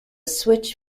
switch